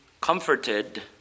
Comforted